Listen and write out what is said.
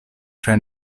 tre